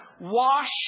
Wash